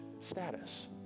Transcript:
status